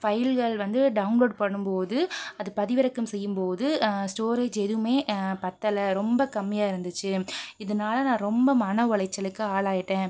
ஃபைல்கள் வந்து டவுன்லோட் பண்ணும் போது அது பதிவிறக்கம் செய்யும் போது ஸ்டோரேஜ் எதுவுமே பத்தல ரொம்ப கம்மியாக இருந்துச்சு இதனால நான் ரொம்ப மனஉளைச்சலுக்கு ஆளாயிட்டேன்